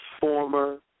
former